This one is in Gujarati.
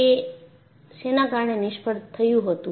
તે શેના કારણે નિષ્ફળ થયું હતું